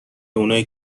اونایی